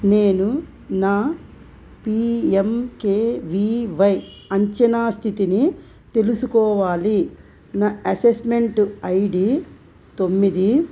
నేను నా పిఎంకెవివై అంచనా స్థితిని తెలుసుకోవాలి నా అసెస్మెంట్ ఐడి తొమ్మిది